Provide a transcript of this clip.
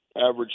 average